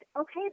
Okay